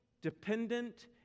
dependent